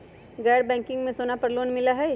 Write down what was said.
गैर बैंकिंग में सोना पर लोन मिलहई?